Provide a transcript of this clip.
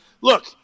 look